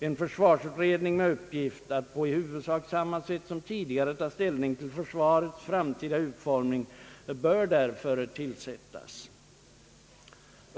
En försvarsutredning med uppgift att på i huvudsak samma sätt som tidigare ta ställning till försvarets framtida utformning bör därför tillsättas.